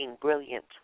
brilliant